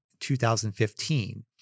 2015